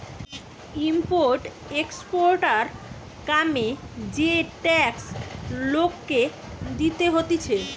import exporter কামে যে tax লোককে দিতে হতিছে